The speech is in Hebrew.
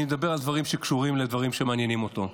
אני מדבר על דברים שקשורים לדברים שמעניינים אותו.